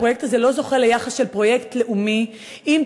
כשאתה הצגת את הפרויקט בוועדת הכלכלה אנחנו דיברנו בעניין הזה,